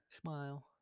smile